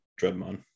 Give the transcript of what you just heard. Dreadmon